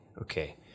Okay